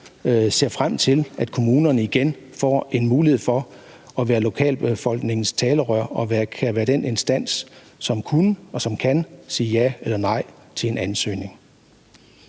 ser frem til, at kommunerne igen får en mulighed for at være lokalbefolkningens talerør og være den instans, som kunne og som kan sige ja eller nej til en ansøgning.